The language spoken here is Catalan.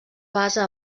basa